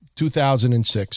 2006